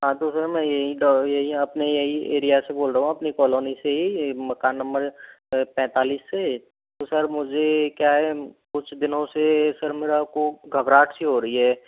हाँ तो सर मैं यहीं यहीं अपने यहीं एरिया से बोल रहा हूँ अपनी कॉलोनी से ही मकान नम्बर पैंतालिस से तो सर मुझे क्या है कुछ दिनों से सर मेरा को घबराहट सी हो रही है